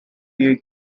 years